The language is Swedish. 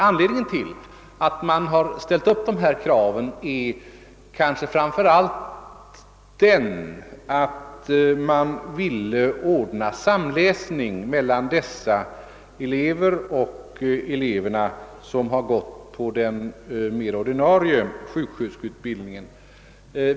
Anledningen till att man uppställt de kraven är kanske framför allt att man har velat ordna samläsningen mellan de elever det här gäller och de som genomgår den mera ordinarie sjuksköterskeutbildningen.